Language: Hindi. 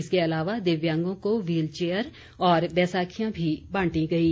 इसके अलावा दिव्यांगों को व्हील चेयर और बैसाखियां भी बांटी गईं